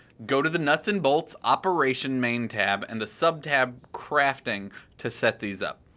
go to the nuts and bolts operations main tab and the sub tab crafting to set these up.